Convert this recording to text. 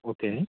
okay